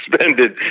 suspended